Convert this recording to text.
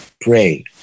Pray